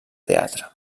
teatre